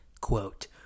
Quote